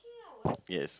yes